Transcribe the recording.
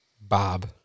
Bob